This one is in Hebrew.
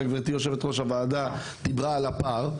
גם גברתי יושבת ראש הוועדה דיברה על הפער.